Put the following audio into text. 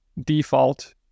default